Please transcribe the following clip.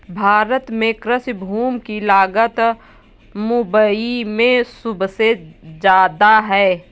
भारत में कृषि भूमि की लागत मुबई में सुबसे जादा है